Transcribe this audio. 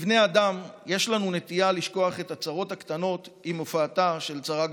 כבני אדם יש לנו נטייה לשכוח את הצרות הקטנות עם הופעתה של צרה גדולה,